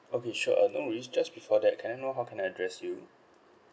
okay sure uh no worries just before that can I know how can I address you